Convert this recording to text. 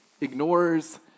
ignores